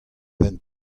benn